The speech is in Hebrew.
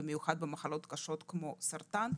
במיוחד במחלות קשות כמו סרטן.